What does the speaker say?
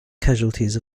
casualties